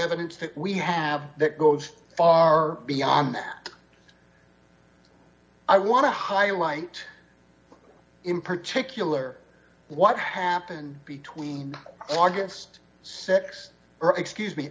evidence that we have that goes far beyond that i want to highlight in particular what happened between august th or excuse me